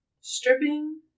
stripping